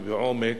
ובעומק,